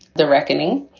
the reckoning.